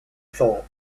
thought